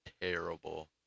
terrible